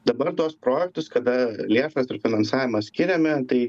dabar tuos projektus kada lėšas ir finansavimą skiriame tai